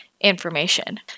information